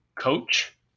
coach